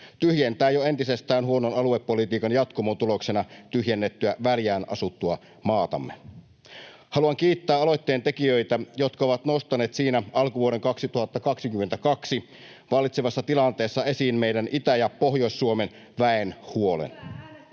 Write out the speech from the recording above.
tyhjentää jo entisestään huonon aluepolitiikan jatkumon tuloksena tyhjennettyä väljään asuttua maatamme. Haluan kiittää aloitteen tekijöitä, jotka ovat nostaneet siinä alkuvuoden 2022 vallitsevassa tilanteessa esiin meidän Itä‑ ja Pohjois-Suomen väen huolen.